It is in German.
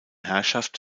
herrschaft